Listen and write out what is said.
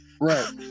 Right